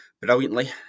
brilliantly